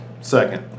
Second